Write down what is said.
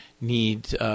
need